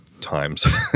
times